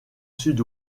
sud